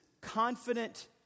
confident